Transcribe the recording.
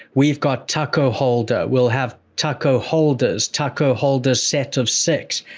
we've got taco holder, we'll have taco holders, taco holders set of six.